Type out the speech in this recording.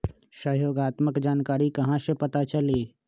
सहयोगात्मक जानकारी कहा से पता चली?